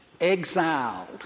exiled